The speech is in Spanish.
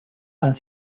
han